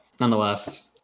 nonetheless